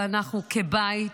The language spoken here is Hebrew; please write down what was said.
ואנחנו כבית